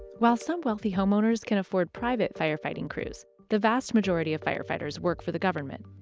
while some wealthy homeowners can afford private firefighting crews, the vast majority of firefighters work for the government.